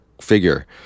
figure